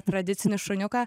tradicinį šuniuką